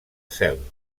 cel